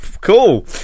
Cool